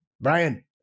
Brian